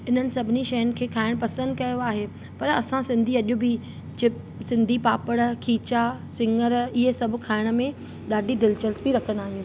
इन्हनि सभनिनि शइनि खे खाइण पसंदि कयो आहे पर असां सिंधी अॼु बि चि सिंधी पापड़ खीचा सिङर इहे सभु खाइण में ॾाढी दिलचस्पी रखंदा आहियूं